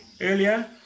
earlier